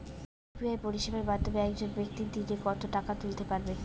UPI পরিষেবার মাধ্যমে একজন ব্যাক্তি দিনে কত টাকা তুলতে পারবে?